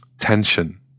tension